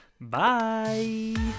Bye